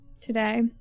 today